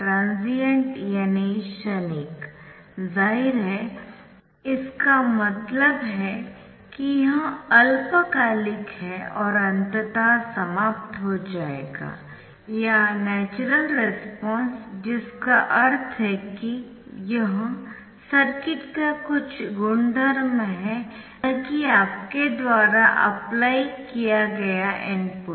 transient यानी क्षणिक जाहिर है इसका मतलब है कि यह अल्पकालिक है और अंततः समाप्त हो जाएगा या नैचरल रेस्पॉन्स जिसका अर्थ है कि यह सर्किट का कुछ गुणधर्म है न कि आपके द्वारा अप्लाई किया गया इनपुट